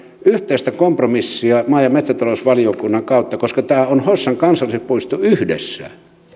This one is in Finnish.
yhteistä kompromissia maa ja metsätalousvaliokunnan kautta koska tämä on hossan kansallispuisto yhdessä